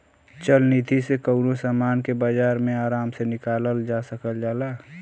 चल निधी से कउनो समान के बाजार मे आराम से निकालल जा सकल जाला